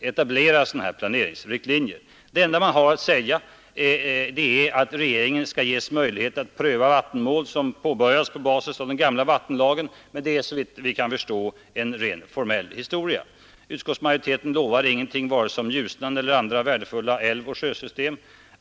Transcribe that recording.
etablera sådana planeringsriktlinjer. Det enda man har att säga är att regeringen skall ges möjlighet att pröva vattenmål som påbörjats på basis av den gamla vattenlagen. Det är såvitt vi kan förstå en rent formell historia. Utskottsmajoriteten lovar ingenting, vare sig om Ljusnan eller om andra värdefulla älvoch sjösystem.